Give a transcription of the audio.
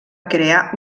crear